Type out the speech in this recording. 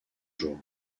jour